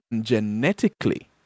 genetically